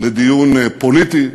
לדיון פוליטי,